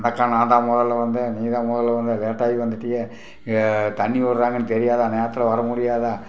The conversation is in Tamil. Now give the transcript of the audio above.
மச்சான் நான் தான் முதல்ல வந்தேன் நீ தான் முதல்ல வந்த லேட்டாகி வந்துட்டியே ஏன் தண்ணி விட்றாங்கன்னு தெரியாதா நேரத்தோட வர முடியாதா